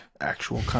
actual